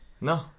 No